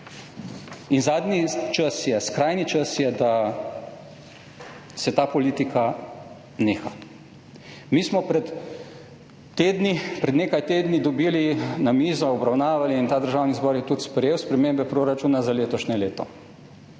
Zadnji čas je, skrajni čas je, da se ta politika neha. Mi smo pred nekaj tedni dobili na mizo, obravnavali in ta državni zbor je tudi sprejel spremembe proračuna za letošnje leto.